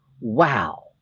wow